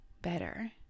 better